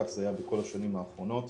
כך זה היה בכל השנים האחרונות.